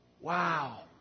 Wow